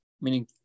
meaning